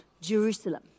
Jerusalem